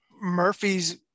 Murphy's